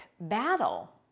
battle